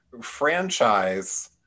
franchise